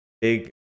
big